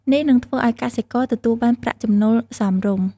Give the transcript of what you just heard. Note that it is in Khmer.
នេះនឹងធ្វើឱ្យកសិករទទួលបានប្រាក់ចំណូលសមរម្យ។